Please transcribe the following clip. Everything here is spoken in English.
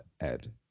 Ed